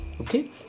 okay